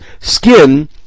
skin